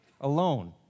alone